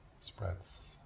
spreads